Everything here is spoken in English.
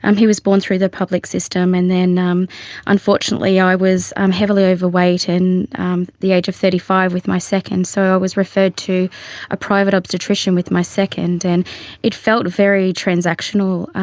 um he was born through the public system, and then um unfortunately i was um heavily overweight and the age of thirty five with my second, so i was referred to a private obstetrician with my second. and it felt very transactional,